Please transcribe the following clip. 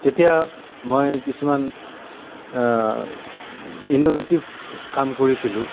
তেতিয়া মই কিছুমান ইন'ভেটিভ কাম কৰিছিলোঁ